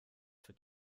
für